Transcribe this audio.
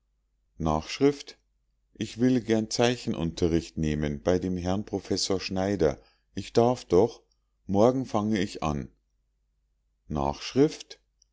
s ich will gern zeichenunterricht nehmen bei dem herrn professor schneider ich darf doch morgen fange ich an n